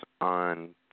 on